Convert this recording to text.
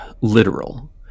literal